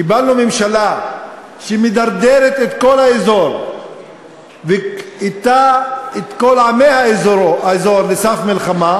קיבלנו ממשלה שמדרדרת את כל האזור ואִתה את כל עמי האזור לסף מלחמה,